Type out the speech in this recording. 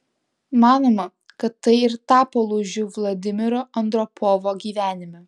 manoma kad tai ir tapo lūžiu vladimiro andropovo gyvenime